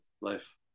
life